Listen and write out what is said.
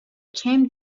came